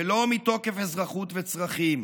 ולא מתוקף אזרחות וצרכים,